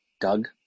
doug